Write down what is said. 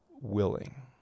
willing